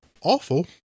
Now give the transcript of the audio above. awful